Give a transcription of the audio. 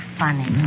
funny